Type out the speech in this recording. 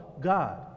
God